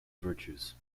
virtues